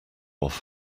off